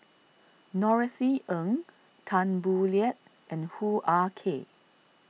Norothy Ng Tan Boo Liat and Hoo Ah Kay